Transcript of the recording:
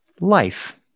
life